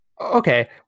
Okay